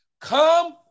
come